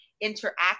interact